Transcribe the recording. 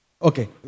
Okay